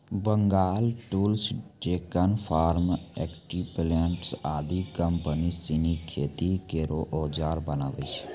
Bengal tools, Deccan farm equipments आदि company सिनी खेती केरो औजार बनावै छै